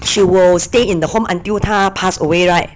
she will stay in the home until 她 pass away [right]